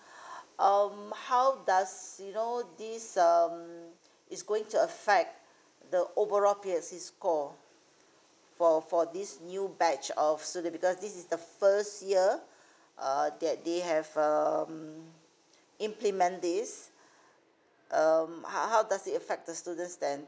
um how does you know this um is going to affect the overall P_L_S_E score for for this new batch of student because this is the first year err that they have um implement this um how how does it affect the students then